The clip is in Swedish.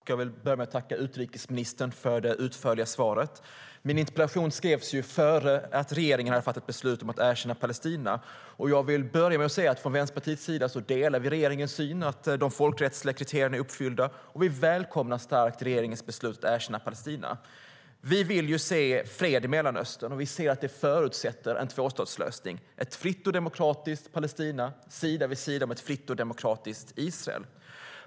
Herr talman! Jag vill börja med att tacka utrikesministern för det utförliga svaret. Min interpellation skrevs innan regeringen hade fattat beslut om att erkänna Palestina. Från Vänsterpartiets sida delar vi regeringens syn att de folkrättsliga kriterierna är uppfyllda, och vi välkomnar starkt regeringens beslut att erkänna Palestina. Vi vill se fred i Mellanöstern, och vi ser att det förutsätter en tvåstatslösning, ett fritt och demokratiskt Palestina sida vid sida med ett fritt och demokratiskt Israel.